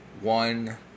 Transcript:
one